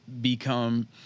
become